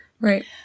Right